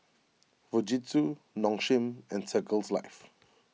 Fujitsu Nong Shim and Circles Life